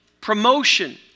promotion